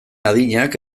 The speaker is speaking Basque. adinak